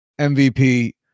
MVP